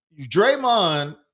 Draymond